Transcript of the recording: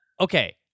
okay